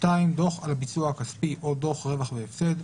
(2)דוח על הביצוע הכספי או דוח רווח והפסד,